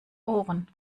ohren